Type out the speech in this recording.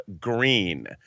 Green